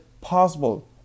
possible